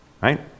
right